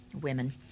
women